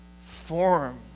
form